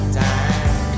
time